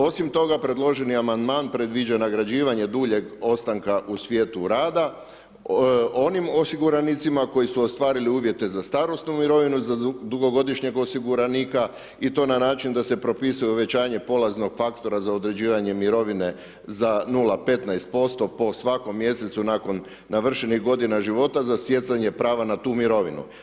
Osim toga, predloženi amandman predviđa nagrađivanje dužeg ostanka u svijetu rada, onim osiguranicima, koji su ostvarili uvijete za starosnu mirovinu za dugogodišnjeg osiguranika, i to na način da se propisuje uvećanje polaznog faktora za određivanja mirovine za 0,15% po svakom mjesecu nakon navršenih godina života za stjecanje prava na tu mirovinu.